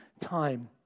time